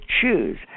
choose